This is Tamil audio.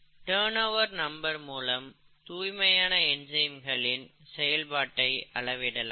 டர்ன் ஓவர் நம்பர் மூலம் தூய்மையான என்சைம்களின் செயல்பாட்டை அளவிடலாம்